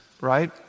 right